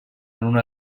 una